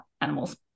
animals